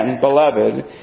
beloved